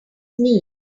knee